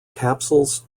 capsules